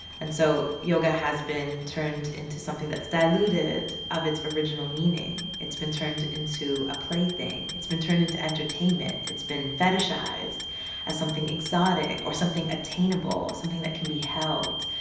and so yoga has been turned into something that's diluted of its original meaning. it's been turned into a plaything, it's been turned into entertainment, it's been fetishized as something exotic or something attainable something that can be held.